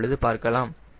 இப்பொழுது பார்க்கலாம்